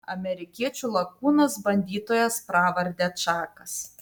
amerikiečių lakūnas bandytojas pravarde čakas